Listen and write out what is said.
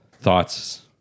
thoughts